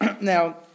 Now